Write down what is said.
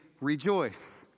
rejoice